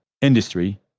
Industry